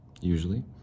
usually